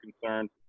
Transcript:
concerned